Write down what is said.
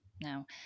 now